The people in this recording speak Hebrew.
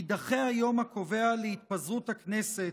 יידחה היום הקובע להתפזרות הכנסת,